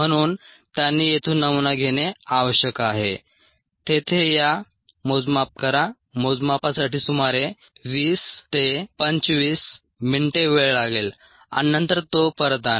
म्हणून त्यांनी येथून नमुना घेणे आवश्यक आहे तेथे या मोजमाप करा मोजमापासाठी सुमारे 20 25 मिनिटे वेळ लागेल आणि नंतर तो परत आणा